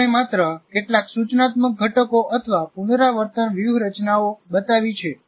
આપણે માત્ર કેટલાક સૂચનાત્મક ઘટકો અથવા પુનરાવર્તન વ્યૂહરચનાઓ બતાવી છે